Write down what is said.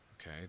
Okay